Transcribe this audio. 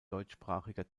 deutschsprachiger